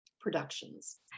productions